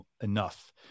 enough